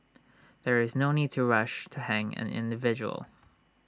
there is no need to rush to hang an individual